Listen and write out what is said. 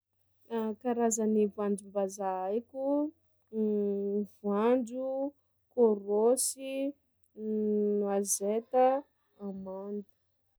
Karazany voanjom-bazaha haiko: voanjo, kôrôsy, noisette, amande.